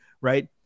right